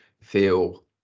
feel